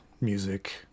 music